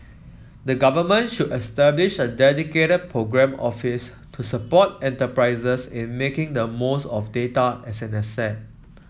the government should establish a dedicated programme office to support enterprises in making the most of data as an asset